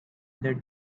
other